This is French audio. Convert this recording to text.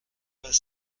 vingt